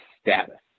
status